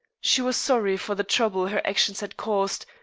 she was sorry for the trouble her actions had caused,